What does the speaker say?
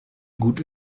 gut